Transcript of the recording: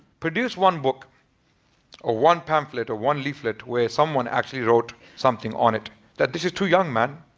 produce one book or one pamphlet or one leaflet where someone actually wrote something on it that this is too young, man.